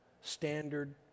standard